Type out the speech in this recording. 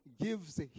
gives